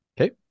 Okay